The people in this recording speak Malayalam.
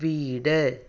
വീട്